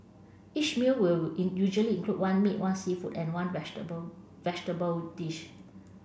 each meal will usually include one meat one seafood and one vegetable vegetable dish